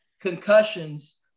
concussions